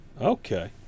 okay